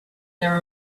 there